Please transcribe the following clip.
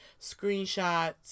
screenshots